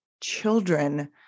children